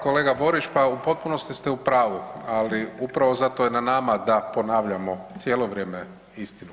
Kolega Borić, pa u potpunosti ste u pravu, ali upravo zato je na nama da ponavljamo cijelo vrijeme istinu.